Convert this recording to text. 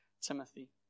Timothy